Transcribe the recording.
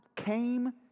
came